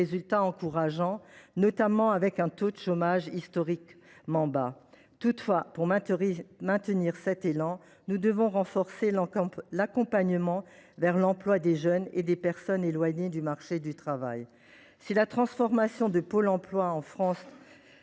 résultats encourageants : le taux de chômage, par exemple, est historiquement bas. Toutefois, pour maintenir cet élan, nous devons renforcer l’accompagnement vers l’emploi des jeunes et des personnes éloignées du marché du travail. Si la transformation de Pôle emploi en France